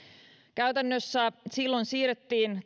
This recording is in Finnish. käytännössä silloin siirryttiin